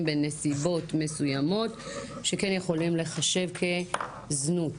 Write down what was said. בנסיבות מסוימות שכן יכולים להיחשב כזנות.